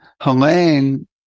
Helene